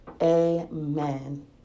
Amen